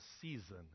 season